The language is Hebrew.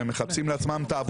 והם מחפשים לעצמם את העבודות.